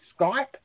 Skype